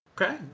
Okay